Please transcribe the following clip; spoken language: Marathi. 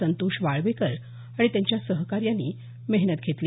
संतोष वाळवेकर आणि त्यांच्या सहकाऱ्यांनी मेहनत घेतली